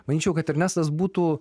manyčiau kad ernestas būtų